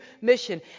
mission